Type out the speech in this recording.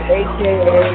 aka